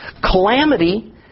Calamity